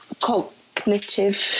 cognitive